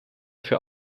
für